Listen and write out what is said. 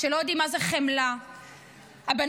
שלא יודעים מה זה חמלה.